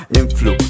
influ